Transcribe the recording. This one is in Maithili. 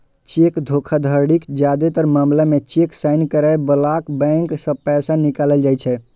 चेक धोखाधड़ीक जादेतर मामला मे चेक साइन करै बलाक बैंक सं पैसा निकालल जाइ छै